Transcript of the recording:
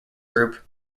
group